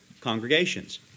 congregations